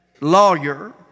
lawyer